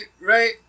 right